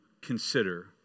consider